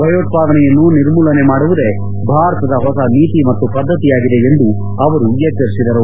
ಭಯೋತ್ವಾದನೆಯನ್ನು ನಿರ್ಮೂಲನೆ ಮಾಡುವುದೇ ಭಾರತದ ಹೊಸ ನೀತಿ ಮತ್ತು ಪದ್ದತಿಯಾಗಿದೆ ಎಂದು ಅವರು ಎಚ್ಚರಿಸಿದರು